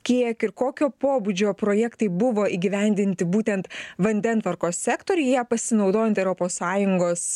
kiek ir kokio pobūdžio projektai buvo įgyvendinti būtent vandentvarkos sektoriuje pasinaudojant europos sąjungos